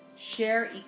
share